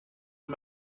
and